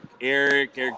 Eric